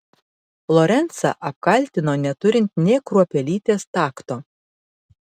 lorencą apkaltino neturint nė kruopelytės takto